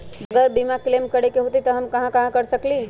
अगर बीमा क्लेम करे के होई त हम कहा कर सकेली?